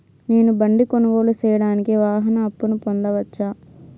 నేను బండి కొనుగోలు సేయడానికి వాహన అప్పును పొందవచ్చా?